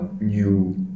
new